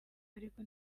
ariko